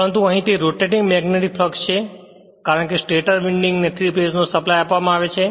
પરંતુ અહીં તે રોટેટિંગ મેગ્નેટિક ફ્લક્ષ છે કારણ કે સ્ટેટર વિન્ડિંગ ને 3 ફેજ નો સપ્લાય આપવામાં આવે છે